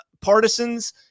partisans